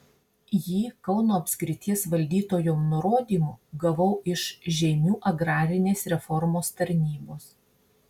jį kauno apskrities valdytojo nurodymu gavau iš žeimių agrarinės reformos tarnybos